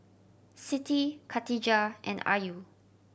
Siti Katijah and Ayu